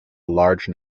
large